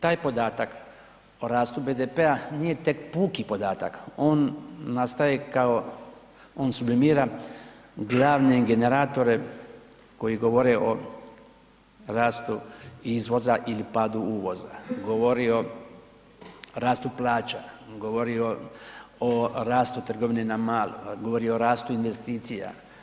Taj podatak o rastu BDP-a nije tek puki podatak, on nastaje kao, on sublimira glavne generatore koji govore o rastu izvoza ili padu uvoza, govori o rastu plaća, govori o rastu trgovine na malo, govori o rastu investicija.